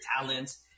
talents